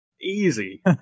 Easy